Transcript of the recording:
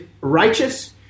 righteous